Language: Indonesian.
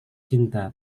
cinta